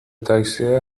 تاکسیا